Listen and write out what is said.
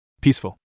Peaceful